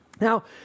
Now